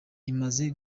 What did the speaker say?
imaze